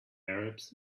arabs